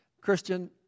Christian